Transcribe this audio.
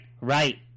right